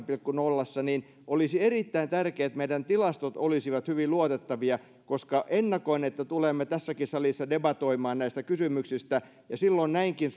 pilkku nolla niin olisi erittäin tärkeää että meidän tilastomme olisivat hyvin luotettavia koska ennakoin että tulemme tässäkin salissa debatoimaan näistä kysymyksistä ja silloin näinkin